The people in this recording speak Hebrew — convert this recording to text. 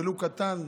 ולו קטן,